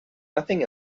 nothing